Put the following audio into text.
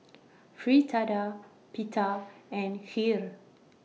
Fritada Pita and Kheer